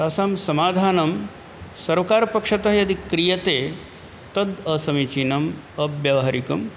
तासां समाधानं सर्वकारपक्षतः यदि क्रियते तद् असमीचीनम् अव्यावहारिकं